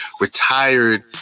retired